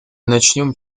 начнем